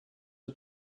the